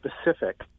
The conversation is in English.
specific